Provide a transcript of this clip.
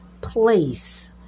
place